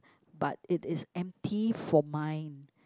but it is empty for mine